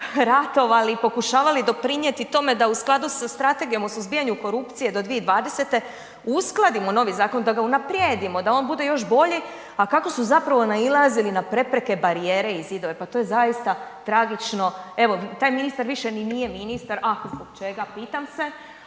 ratovali i pokušavali doprinijeti o tome da u skladu sa Strategijom o suzbijanju korupcije do 2020. uskladimo novi zakon, da ga unaprijedimo, da on bude još bolji a kako su zapravo nailazili na prepreke, barijere i zidove. Pa to je zaista tragično. Evo, taj ministar više ni nije ministar, ah, zbog čega pitam se